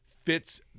fits